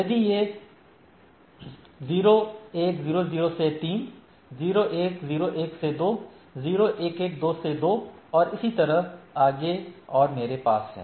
यदि यह ०१०० से ३ ०१०१ से २ ०११२ से २ और इसी तरह आगे और मेरे पास है